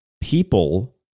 People